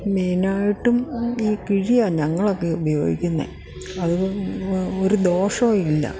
മെയിനായിട്ടും ഈ കിഴിയാണ് ഞങ്ങളൊക്കെ ഉപയോഗിക്കുന്നത് അത് ഒരു ദോഷവും ഇല്ല